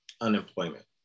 unemployment